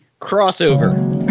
crossover